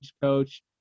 coach